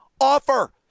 offer